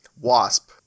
Wasp